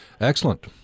Excellent